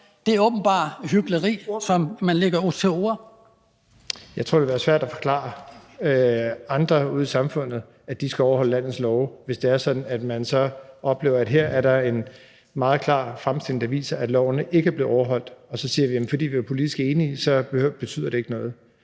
Ordføreren. Kl. 10:19 Jeppe Bruus (S): Jeg tror, det vil være svært at forklare andre ude i samfundet, at de skal overholde landets love, hvis de så oplever, at på trods af at der her er en helt klar fremstilling, der viser, at loven ikke er blevet overholdt, så siger vi, at fordi vi er politisk enige, betyder det ikke noget.